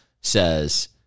says